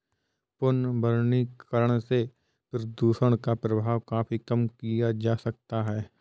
पुनर्वनीकरण से प्रदुषण का प्रभाव काफी कम किया जा सकता है